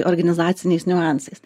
organizaciniais niuansais